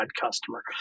customer